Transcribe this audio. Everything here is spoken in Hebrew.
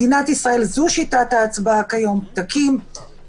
בחירה באמצעות פתקים זו שיטת ההצבעה כיום במדינת ישראל,